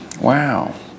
Wow